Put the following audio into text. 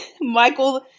michael